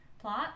plot